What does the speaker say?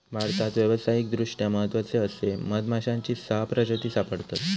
भारतात व्यावसायिकदृष्ट्या महत्त्वाचे असे मधमाश्यांची सहा प्रजाती सापडतत